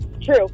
True